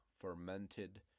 fermented